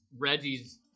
Reggie's